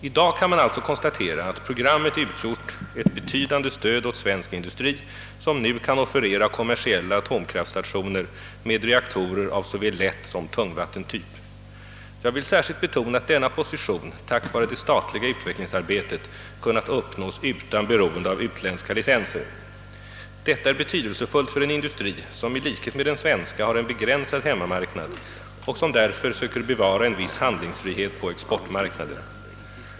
I dag kan man alltså konstatera att programmet utgjort ett betydande stöd åt svensk industri, som nu kan offerera kommersiella atomkraftstationer med reaktorer av såväl lättsom tungvattentyp. Jag vill särskilt betona att denna position tack vare det statliga utvecklingsarbetet kunnat uppnås utan beroende av utländska licenser. Detta är betydelsefullt för en industri, som i likhet med den svenska har en begränsad hemmamarknad och som därför söker bevara en viss handlingsfrihet på exportmarknaden.